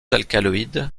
alcaloïdes